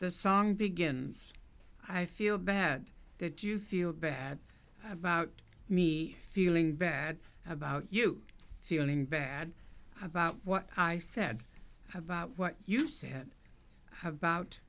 the song begins i feel bad that you feel bad about me feeling bad about you feeling bad about what i said about what you said